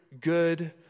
good